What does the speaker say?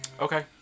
Okay